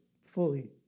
fully